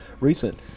recent